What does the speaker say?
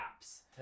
apps